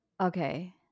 Okay